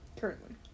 Currently